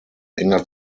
enger